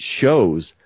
shows